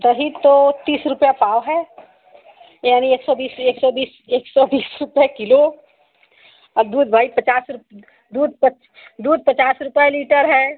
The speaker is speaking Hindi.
दही तो तीस रुपये पाव है यानी एक सौ बीस एक सौ बीस एक सौ बीस रुपया किलो और दूध भाई पचास रुपये दूध पच दूध रुपये लीटर है